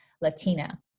Latina